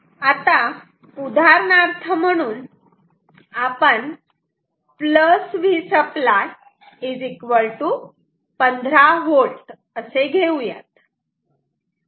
आता उदाहरणार्थ म्हणून आपण Vसप्लाय 15V असे घेऊयात